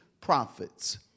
prophets